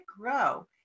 grow